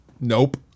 nope